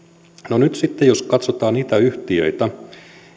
no nyt sitten jos katsotaan niitä yhtiöitä